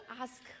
ask